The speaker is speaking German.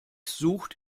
sucht